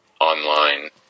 online